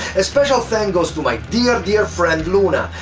a special thanks goes to my dear dear friend luna,